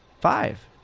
five